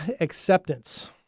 acceptance